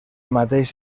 mateix